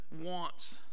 wants